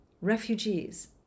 refugees